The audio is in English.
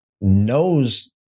knows